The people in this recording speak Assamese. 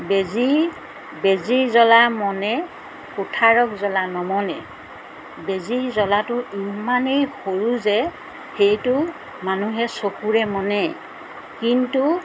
বেজি বেজিৰ জ্বলা মনে কুঠাৰক জ্বলা নমনে বেজিৰ জ্বলাটো ইমানেই সৰু যে সেইটো মানুহে চকুৰে মনে কিন্তু